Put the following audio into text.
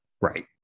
Right